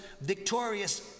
victorious